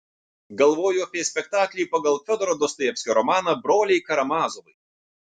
galvoju apie spektaklį pagal fiodoro dostojevskio romaną broliai karamazovai